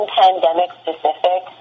pandemic-specific